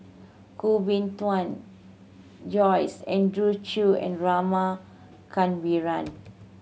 Koh Bee Tuan Joyce Andrew Chew and Rama Kannabiran